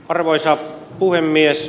arvoisa puhemies